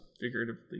figuratively